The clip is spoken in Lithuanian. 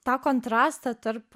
tą kontrastą tarp